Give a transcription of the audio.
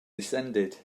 descended